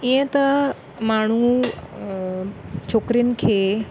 ईअं त माण्हू छोकिरियुनि खे